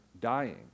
dying